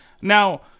Now